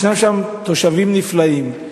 יש שם תושבים נפלאים,